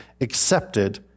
accepted